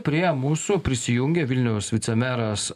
prie mūsų prisijungia vilniaus vicemeras